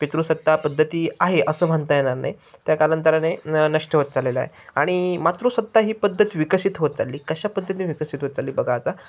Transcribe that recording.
पित्रृ सत्ता पद्धती आहे असं म्हणता येणार नाही त्या कालांतराने नष्ट होत चाललेलं आहे आणि मातृसत्ता ही पद्धत विकसित होत चालली कशा पद्धतीने विकसित होत चालली बघा आता